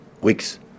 weeks